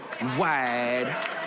wide